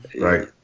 Right